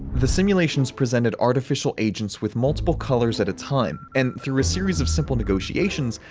the simulations presented artificial agents with multiple colors at a time, and, through a series of simple negotiations,